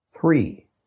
Three